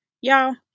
y'all